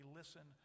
listen